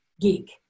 geek